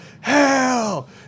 hell